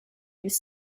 youth